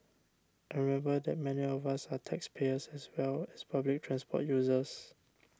and remember that many of us are taxpayers as well as public transport users